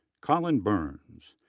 colin burns,